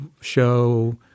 show